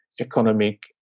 economic